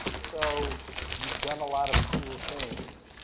so you've done a lot of cool things.